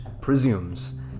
presumes